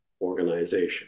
organization